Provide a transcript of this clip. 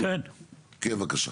כן, בבקשה.